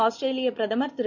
Australia பிரதமர் திரு